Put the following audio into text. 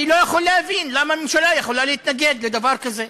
אני לא יכול להבין למה הממשלה יכולה להתנגד לדבר כזה.